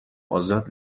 ازاد